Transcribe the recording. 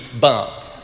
bump